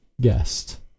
guest